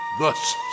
Thus